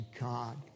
God